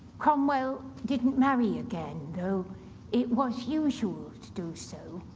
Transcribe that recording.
cromwell didn't marry again, though it was usual to do so.